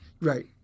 right